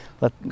let